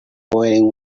boiling